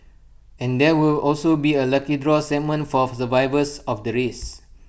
and there will also be A lucky draw segment for survivors of the race